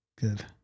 good